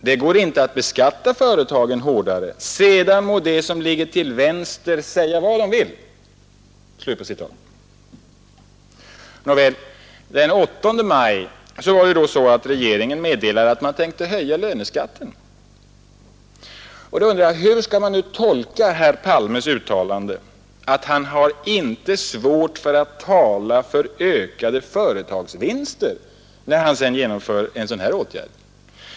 ——— Det går inte att beskatta företagen hårdare, sedan må de som ligger till vänster säga vad de vill.” Den 8 maj meddelade regeringen att den tänkte höja löneskatten. Hur skall man tolka herr Palmes uttalande att han inte har svårt att tala för ökade företagsvinster, när han sedan vill genomföra sådana åtgärder?